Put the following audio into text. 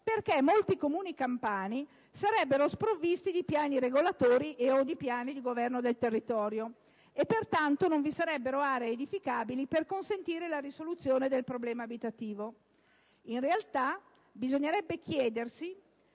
perché molti Comuni campani sarebbero sprovvisti di piani regolatori o di piani di governo del territorio e, pertanto, non vi sarebbero aree edificabili per consentire la risoluzione del problema abitativo. In realtà, bisognerebbe chiedersi